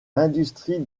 l’industrie